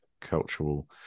cultural